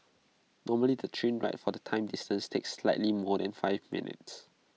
normally the train ride for the same distance takes slightly more than five minutes